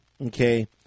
okay